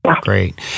Great